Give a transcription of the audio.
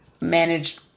managed